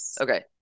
okay